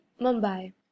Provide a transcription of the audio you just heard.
Mumbai